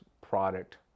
product